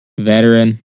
veteran